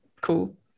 cool